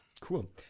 Cool